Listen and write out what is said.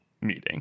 meeting